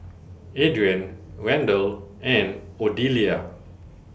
Adrien Randall and Odelia